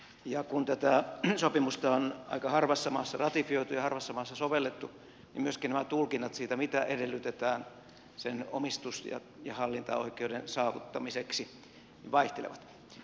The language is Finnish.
ja kun tätä sopimusta on aika harvassa maassa ratifioitu ja harvassa maassa sovellettu niin myöskin nämä tulkinnat siitä mitä edellytetään sen omistus ja hallintaoikeuden saavuttamiseksi vaihtelevat